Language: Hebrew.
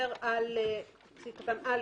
בתקופה שעד לתחילתן של תקנות לפי סעיף קטן זה,